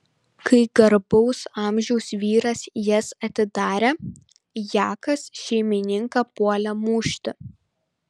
kai garbaus amžiaus vyras jas atidarė jakas šeimininką puolė mušti